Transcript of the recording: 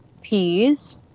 peas